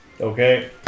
Okay